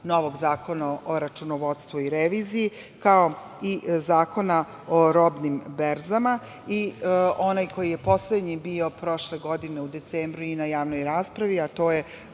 novog Zakona o računovodstvu i reviziji, kao i Zakona o robnim berzama i onaj koji je poslednji bio prošle godine u decembru i na javnoj raspravi, a to je